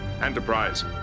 Enterprise